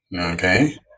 okay